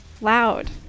Loud